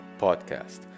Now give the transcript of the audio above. podcast